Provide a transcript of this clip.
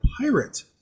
pirate